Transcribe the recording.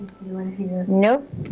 Nope